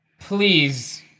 please